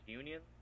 union